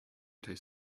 taste